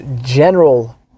general